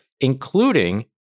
including